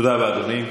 תודה רבה, אדוני.